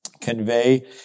convey